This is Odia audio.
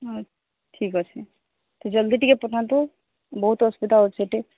ହ ଠିକ୍ ଅଛି ତ ଜଲ୍ଦି ଟିକେ ପଠାନ୍ତୁ ବହୁତ ଅସୁବିଧା ହେଉଛି ଏଠି